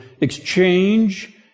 exchange